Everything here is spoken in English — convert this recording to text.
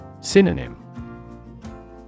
Synonym